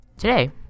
Today